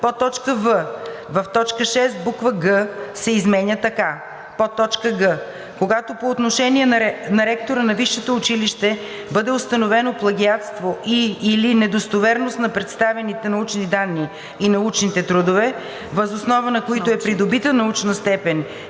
в) в т. 6 буква „г“ се изменя така: ,,г) когато по отношение на ректора на висшето училище бъде установено плагиатство и/или недостоверност на представените научни данни в научните трудове, въз основа на които е придобита научна степен